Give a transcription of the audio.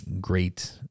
great